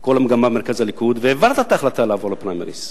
כל המגמה במרכז הליכוד והעברת את ההחלטה לעבור לפריימריס,